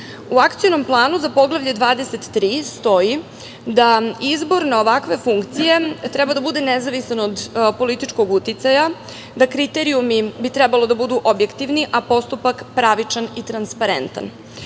akcionom planu za Poglavlje 23. stoji da izbor na ovakve funkcije treba da bude nezavisan od političkog uticaja, da kriterijumi bi trebalo da budu objektivni, a postupak pravičan i transparentan. Postupak